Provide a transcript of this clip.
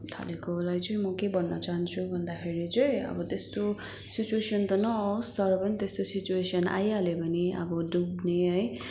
थालेकोलाई चाहिँ म के भन्न चाहन्छु भन्दाखेरि चाहिँ अब त्यस्तो सिचुवेसन त नआओस् तर पनि त्यस्तो सिचुवेसन आइहाल्यो भने अब डुब्ने है